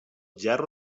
gerro